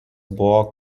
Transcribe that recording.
buvo